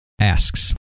asks